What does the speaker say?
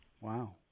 Wow